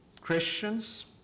Christians